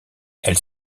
elle